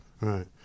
right